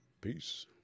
Peace